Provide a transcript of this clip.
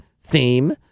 theme